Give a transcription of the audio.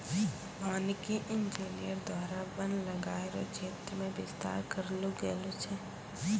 वानिकी इंजीनियर द्वारा वन लगाय रो क्षेत्र मे बिस्तार करलो गेलो छै